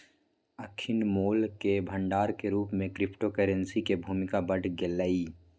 अखनि मोल के भंडार के रूप में क्रिप्टो करेंसी के भूमिका बढ़ गेलइ